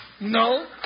No